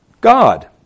God